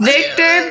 Victor